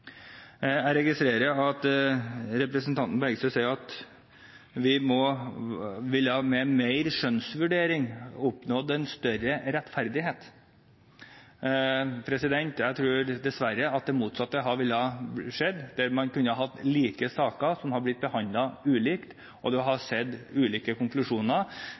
Jeg registrerer at representanten Bergstø sier at vi med mer skjønnsvurdering ville oppnådd større rettferdighet. Jeg tror dessverre at det motsatte ville skjedd, at man kunne fått like saker som hadde blitt behandlet ulikt, og at man hadde sett ulike konklusjoner